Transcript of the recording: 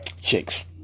chicks